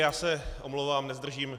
Já se omlouvám, nezdržím.